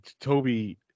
Toby